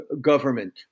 government